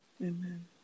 Amen